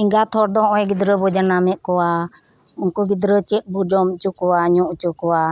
ᱮᱜᱟᱛ ᱦᱚᱲ ᱫᱚ ᱱᱚᱜᱼᱚᱭ ᱜᱤᱫᱽᱨᱟᱹ ᱵᱚᱱ ᱡᱟᱱᱟᱢᱮᱫ ᱠᱚᱣᱟ ᱩᱱᱠᱩ ᱜᱤᱫᱽᱨᱟᱹ ᱪᱮᱫ ᱵᱚ ᱡᱚᱢ ᱦᱚᱪᱚ ᱠᱚᱣᱟ ᱧᱩ ᱚᱪᱚ ᱠᱚᱣᱟ